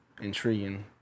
intriguing